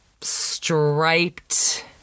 striped